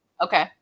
Okay